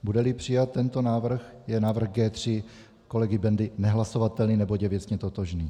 Budeli přijat tento návrh, je návrh G3 kolegy Bendy nehlasovatelný, neboť je věcně totožný.